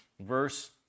verse